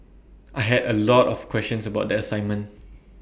I had A lot of questions about the assignment